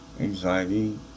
anxiety